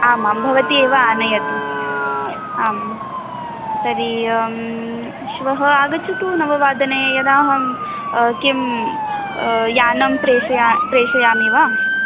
आमां भवती एव आनयतु आं तर्हि श्वः आगच्छतु नववादने यदाहं किं यानं प्रेषयामि प्रेषयामि वा